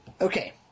Okay